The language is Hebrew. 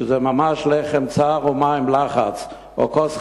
שזה ממש לחם צר ומים לחץ או כוס חלב.